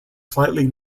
slightly